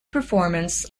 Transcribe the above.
performance